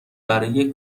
برای